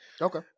Okay